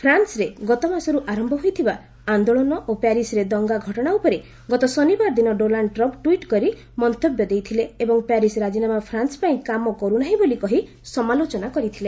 ଫ୍ରାନ୍ନରେ ଗତମାସରୁ ଆରମ୍ଭ ହୋଇଥିବା ଆନ୍ଦୋଳନ ଓ ପ୍ୟାରିସ୍ରେ ଦଙ୍ଗା ଘଟଣା ଉପରେ ଗତ ଶନିବାର ଦିନ ଡୋନାଲ୍ଡ ଟ୍ରମ୍ପ ଟ୍ୱିଟ୍ କରି ମନ୍ତବ୍ୟ ଦେଇଥିଲେ ଏବଂ ପ୍ୟାରିସ୍ ରାଜିନାମା ଫ୍ରାନ୍ସ ପାଇଁ କାମ କରୁନାହିଁ ବୋଲି କହି ସମାଲୋଚନା କରିଥିଲେ